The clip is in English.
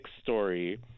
story